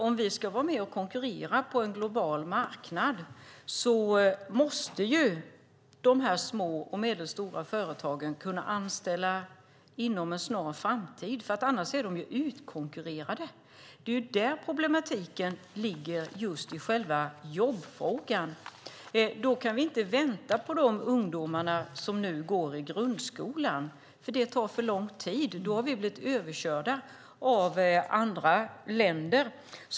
Om vi ska vara med och konkurrera på en global marknad måste dessa små och medelstora företag kunna anställa inom en snar framtid, för annars är de utkonkurrerade. Det är här problematiken ligger i just själva jobbfrågan. Vi kan inte vänta på de ungdomar som går i grundskolan, för det tar för lång tid. När de är klara har vi blivit överkörda av andra länder.